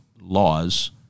laws